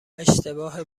اشتباه